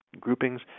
groupings